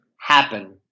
happen